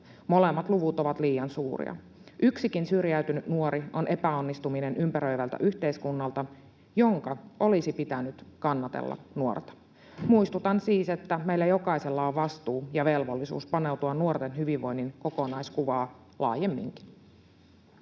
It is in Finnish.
Molemmat luvut ovat liian suuria. Yksikin syrjäytynyt nuori on epäonnistuminen ympäröivältä yhteiskunnalta, jonka olisi pitänyt kannatella nuorta. Muistutan siis, että meillä jokaisella on vastuu ja velvollisuus paneutua nuorten hyvinvoinnin kokonaiskuvaan laajemminkin.